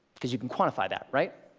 cause you can quantify that, right?